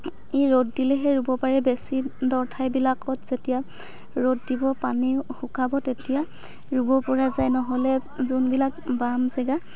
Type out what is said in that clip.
ই ৰ'দ দিলেহে ৰুব পাৰে বেছি দ' ঠাই বিলাকত যেতিয়া ৰ'দ দিব পানী শুকাব তেতিয়া ৰুব পৰা যায় নহ'লে যোনবিলাক বাম জেগা